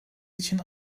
için